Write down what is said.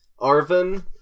Arvin